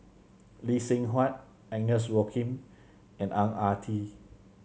Lee Seng Huat Agnes Joaquim and Ang Ah Tee